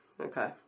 Okay